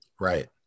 Right